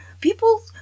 People